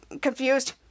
Confused